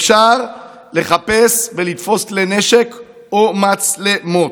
אפשר לחפש ולתפוס כלי נשק או מצלמות.